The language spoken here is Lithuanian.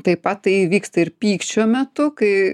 taip pat tai įvyksta ir pykčio metu kai